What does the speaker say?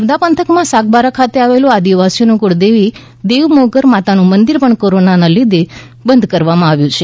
નર્મદા પંથકમાં સાગબારા ખાતે આવેલું આદિવાસીઓના કુળદેવી દેવમોગરા માતાજીનું મંદિર પણ કોરોનાને લીધે બંધ કરવામાં આવ્યું છે